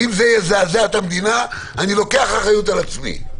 ואם זה יזעזע את המדינה, אני לוקח אחריות על עצמי.